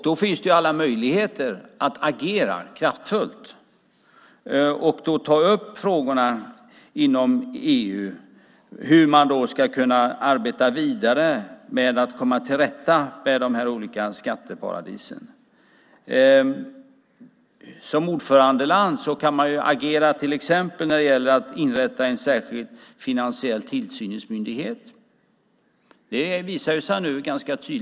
Då finns det ju alla möjligheter att agera kraftfullt och ta upp frågan om hur man ska kunna arbeta vidare med att komma till rätta med skatteparadisen. Som ordförandeland kan man ju till exempel agera när det gäller att inrätta en särskild finansiell tillsynsmyndighet.